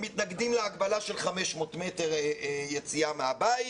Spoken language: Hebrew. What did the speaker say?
הם מתנגדים להגבלה של 500 מטר יציאה מן הבית.